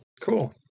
Cool